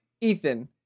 Ethan